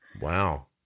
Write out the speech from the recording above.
wow